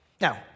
Now